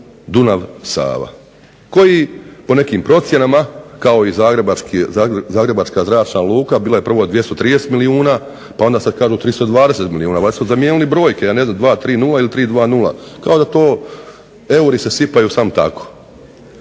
Dunav-Sava koji po nekim procjenama kao i Zagrebačka zračna luka bila je prvo 230 milijuna pa onda sad kažu 320 milijuna. Valjda su zamijenili brojke, ja ne znam 230 ili 320 kao da to euri se sipaju samo tako.